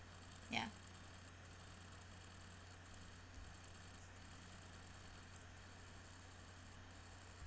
ya